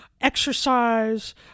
exercise